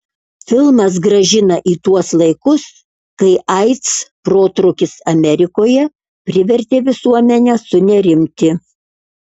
filmas grąžina į tuos laikus kai aids protrūkis amerikoje privertė visuomenę sunerimti